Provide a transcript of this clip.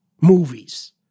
movies